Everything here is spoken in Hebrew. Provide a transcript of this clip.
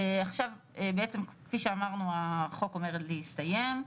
עכשיו בעצם כפי שאמרנו, החוק עומד להסתיים.